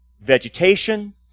vegetation